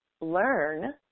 learn